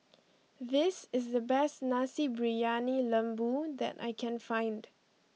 this is the best Nasi Briyani Lembu that I can find